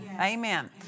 Amen